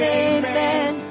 amen